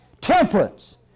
Temperance